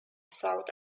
south